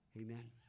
Amen